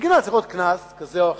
שבגינה צריך להיות קנס כזה או אחר.